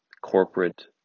Corporate